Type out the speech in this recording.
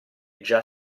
già